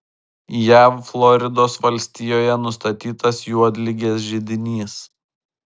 jav floridos valstijoje nustatytas juodligės židinys